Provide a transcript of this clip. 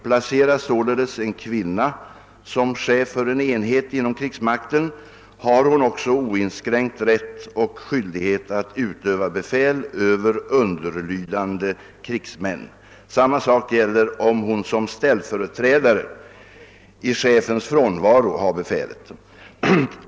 Placeras således en kvinna som chef för enhet inom krigsmakten har hon också oinskränkt rätt och skyldighet att utöva befäl över underlydande krigsmän. Samma sak gäller om hon som ställföreträdare i chefens frånvaro har befälet.